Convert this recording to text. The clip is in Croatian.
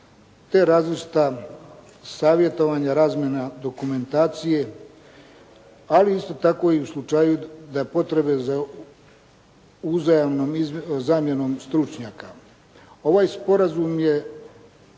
te različita savjetovanja, razmjena dokumentacije, ali isto tako i u slučaju potrebe uzajamnom zamjenom stručnjaka. Ovaj Sporazum je